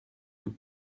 tout